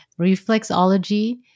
reflexology